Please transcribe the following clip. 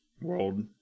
world